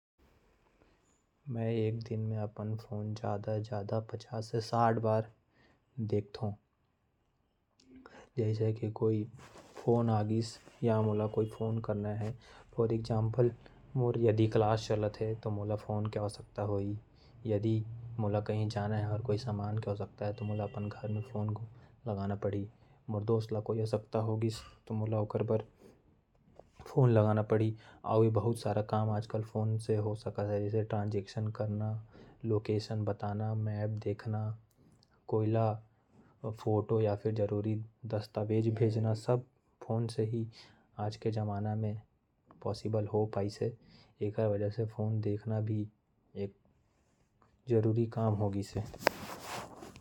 मैं एक दिन में अपन फोन ज्यादा से ज्यादा पचास से साठ बार देख थो। जैसे कि कोई फोन आगीस मोर दोस्त के आवश्यकता हो ही। क्लास करे बर कोई जरूरी दस्तावेज। और फोटो भेजे बर भी फोन के आवश्यकता पड़ेल।